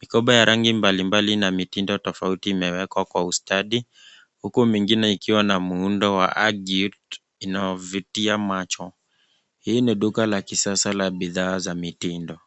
Mikoba ya rangi mbali mbali na mitindo tofauti imewekwa kwa ustadi huku mingine ikiwa na muundo wa ajit inavutia macho. Hii ni duka la kisasa lenye bidhaa za mitindo.